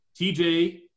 TJ